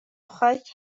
خاک